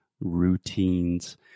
routines